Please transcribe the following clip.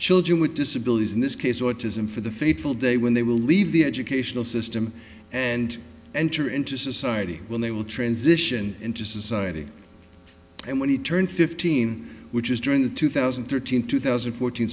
children with disabilities in this case autism for the fateful day when they will leave the educational system and enter into society when they will transition into society and when he turned fifteen which is during the two thousand and thirteen two thousand and fourteen